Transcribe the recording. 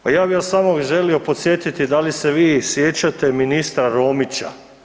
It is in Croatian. Pa ja bi vas samo želio podsjetiti da li se vi sjećate ministra Romića?